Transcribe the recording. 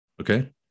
okay